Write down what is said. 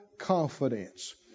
Confidence